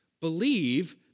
Believe